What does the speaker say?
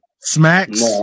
Smacks